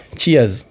cheers